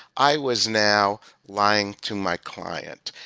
i was now lying to my client.